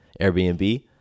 Airbnb